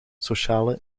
sociale